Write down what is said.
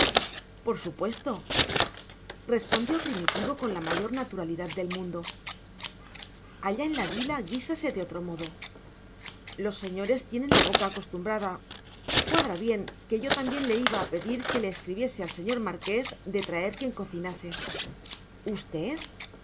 por supuesto respondió primitivo con la mayor naturalidad del mundo allá en la vila guísase de otro modo los señores tienen la boca acostumbrada cuadra bien que yo también le iba a pedir que le escribiese al señor marqués de traer quien cocinase usted